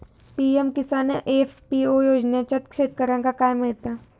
PM Kisan FPO योजनाच्यात शेतकऱ्यांका काय मिळता?